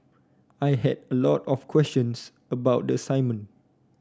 I had a lot of questions about the assignment